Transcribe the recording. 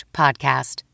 podcast